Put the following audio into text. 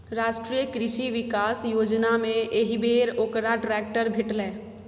राष्ट्रीय कृषि विकास योजनामे एहिबेर ओकरा ट्रैक्टर भेटलै